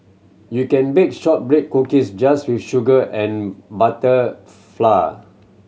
you can bake shortbread cookies just with sugar and butter flour